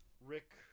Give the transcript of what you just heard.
Rick